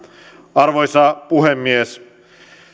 arvoisa puhemies